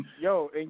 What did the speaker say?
Yo